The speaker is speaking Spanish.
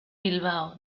bilbao